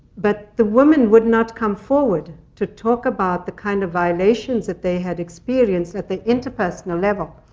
but the women would not come forward to talk about the kind of violations that they had experienced at the interpersonal level.